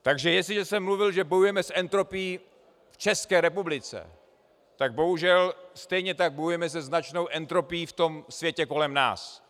Takže jestliže jsem mluvil, že bojujeme s entropií v České republice, tak bohužel stejně tak bojujeme se značnou entropií v tom světě kolem nás.